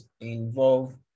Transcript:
involve